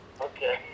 Okay